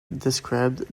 described